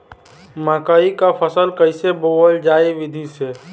मकई क फसल कईसे बोवल जाई विधि से?